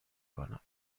کنیم